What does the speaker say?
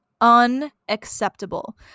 unacceptable